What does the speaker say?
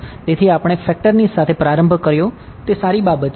તેથી આપણે ફેક્ટની સાથે પ્રારંભ કર્યો તે સારી બાબત છે